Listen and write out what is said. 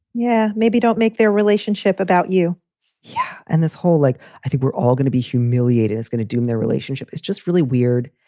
yeah. maybe don't make their relationship about you yeah and this whole like, i think we're all gonna be humiliated. it's gonna doom their relationship. it's just really weird.